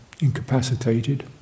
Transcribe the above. incapacitated